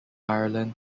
ireland